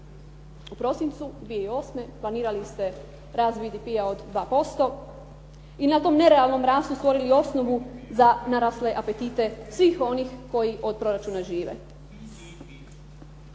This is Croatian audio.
U prosincu 2008. planirali ste rast BDP-a od 2% i na tom nerealnom rastu stvorili osnovu za narasle apetite svih onih koji od proračuna žive.